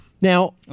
Now